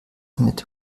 mit